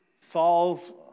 Saul's